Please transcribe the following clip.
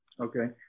Okay